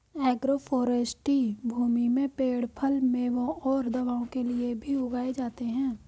agroforestry भूमि में पेड़ फल, मेवों और दवाओं के लिए भी उगाए जाते है